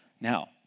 Now